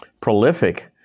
prolific